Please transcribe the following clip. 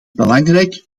belangrijk